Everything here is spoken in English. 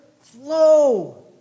flow